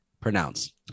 pronounce